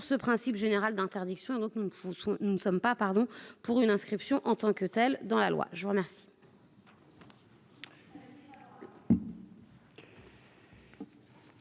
ce principe général d'interdiction, donc nous ne nous ne sommes pas pardon pour une inscription en tant que telle dans la loi, je vous remercie.